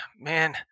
Man